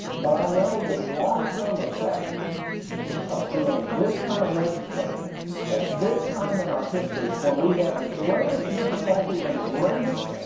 but i know that long-term effects of doing this kind of legislating at this time in our history when we have the greatest difficulty and the greatest